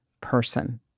person